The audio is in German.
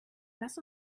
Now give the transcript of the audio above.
lass